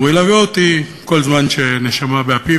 והוא ילווה אותי כל זמן שנשמה באפי,